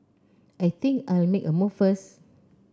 I think I'll make a move first